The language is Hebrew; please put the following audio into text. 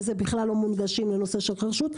בכלל לא מונגשים לנושא של חירשות.